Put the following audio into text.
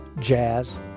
jazz